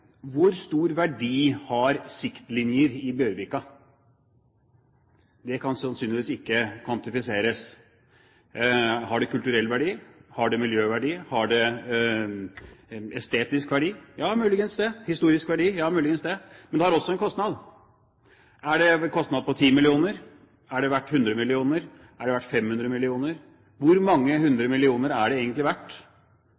Hvor stor verdi har siktlinjer i Bjørvika? Det kan sannsynligvis ikke kvantifiseres. Har det kulturell verdi? Har det miljøverdi? Har det estetisk verdi? Ja, muligens det. Historisk verdi? Ja, muligens det. Men det har også en kostnad. Er det en kostnad på 10 mill. kr? Er det verdt 100 mill. kr? Er det verdt 500 mill. kr? Hvor mange